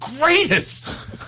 greatest